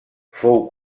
fou